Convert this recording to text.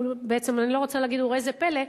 בעצם אני לא רוצה להגיד וראה איזה פלא,